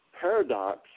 paradox